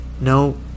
No